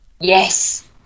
yes